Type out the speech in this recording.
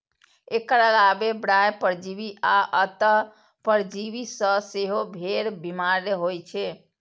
एकर अलावे बाह्य परजीवी आ अंतः परजीवी सं सेहो भेड़ बीमार होइ छै